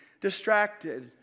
distracted